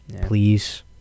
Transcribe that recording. please